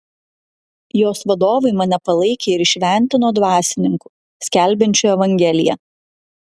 jos vadovai mane palaikė ir įšventino dvasininku skelbiančiu evangeliją